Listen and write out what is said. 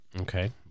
Okay